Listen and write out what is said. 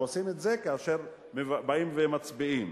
ועושים את זה כאשר באים ומצביעים.